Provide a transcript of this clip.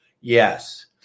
Yes